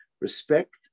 Respect